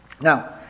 Now